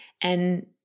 And-